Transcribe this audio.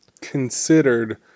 considered